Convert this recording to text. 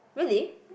really